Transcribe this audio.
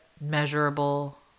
measurable